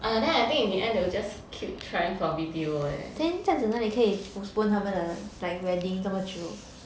!aiya! then in the end I think they will just keep trying for B_T_O leh